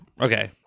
okay